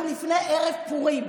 אנחנו לפני ערב פורים,